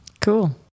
Cool